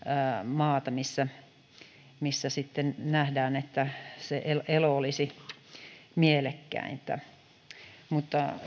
maata missä missä sitten nähdään että se elo elo olisi mielekkäintä mutta